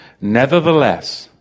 Nevertheless